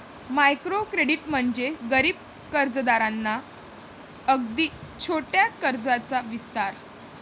micro credit म्हणजे गरीब कर्जदारांना अगदी छोट्या कर्जाचा विस्तार